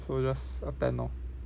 so just attend lor